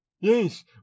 Yes